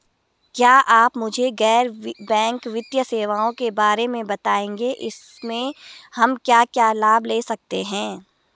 क्या आप मुझे गैर बैंक वित्तीय सेवाओं के बारे में बताएँगे इसमें हम क्या क्या लाभ ले सकते हैं?